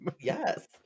yes